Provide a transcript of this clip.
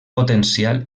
potencial